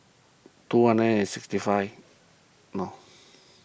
two hundred and sixty five